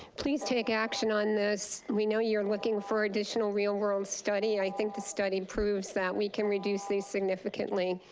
please take action on this. we know you're looking for additional real world study. i think the study proves that we can reduce these significantly.